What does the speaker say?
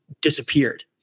disappeared